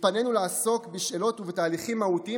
התפנינו לעסוק בשאלות ובתהליכים מהותיים